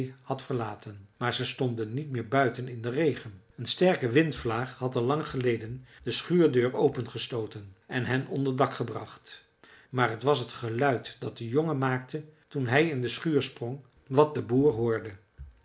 had verlaten maar ze stonden niet meer buiten in den regen een sterke windvlaag had al lang geleden de schuurdeur opengestooten en hen onder dak gebracht maar t was het geluid dat de jongen maakte toen hij in de schuur sprong wat de boer hoorde